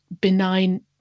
benign